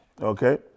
Okay